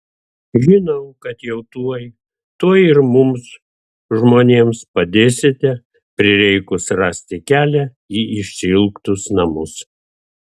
žinau kad jau tuoj tuoj ir mums žmonėms padėsite prireikus rasti kelią į išsiilgtus namus